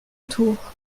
tour